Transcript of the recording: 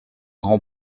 grand